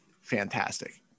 fantastic